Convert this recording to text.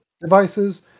devices